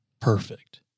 Perfect